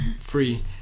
free